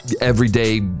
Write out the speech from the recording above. everyday